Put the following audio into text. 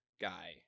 guy